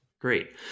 Great